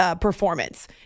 performance